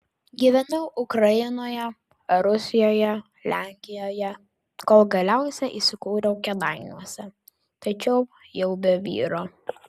gyvenau ukrainoje rusijoje lenkijoje kol galiausiai įsikūriau kėdainiuose tačiau jau be vyro